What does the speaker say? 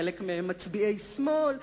חלק מהם מצביעי שמאל,